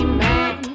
man